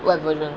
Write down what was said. web version